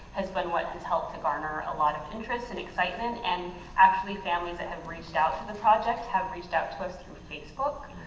has been what has helped to garner a lot of interest and excitement. and actually families that have reached out to the project have reached out to us through facebook.